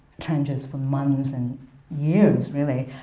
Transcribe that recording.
trenches for months and years, really,